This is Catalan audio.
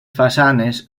façanes